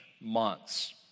months